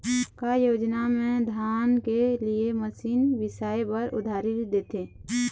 का योजना मे धान के लिए मशीन बिसाए बर उधारी देथे?